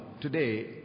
today